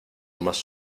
más